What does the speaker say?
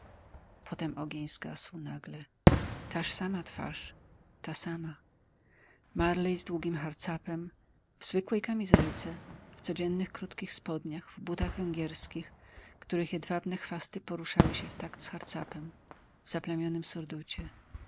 ogień zgasł nagle taż sama twarz ta sama marley z długim harcapem w zwykłej kamizelce w codziennych krótkich spodniach w butach węgierskich których jedwabne chwasty poruszały się w takt z